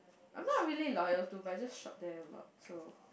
I'm not a really loyal to but I just shop there a lot so